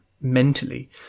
mentally